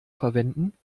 verwenden